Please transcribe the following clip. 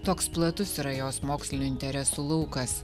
toks platus yra jos mokslinių interesų laukas